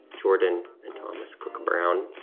jordan and thomas cook-brown.